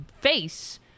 face